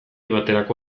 baterako